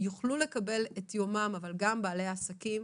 יוכלו לקבל את יומם, אבל גם בעלי העסקים.